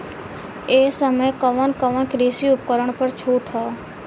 ए समय कवन कवन कृषि उपकरण पर छूट ह?